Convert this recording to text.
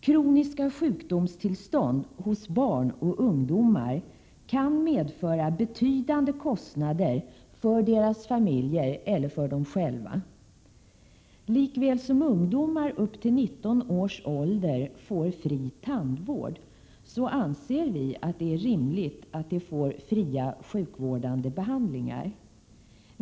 Kroniska sjukdomstillstånd hos barn och ungdomar kan medföra betydande kostnader för deras familjer eller för dem själva. Likaväl som ungdomar upp till 19 års ålder får fri tandvård, anser vi att det är rimligt att de får fria sjukvårdande behandlingar.